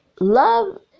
love